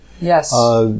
Yes